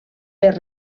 per